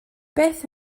beth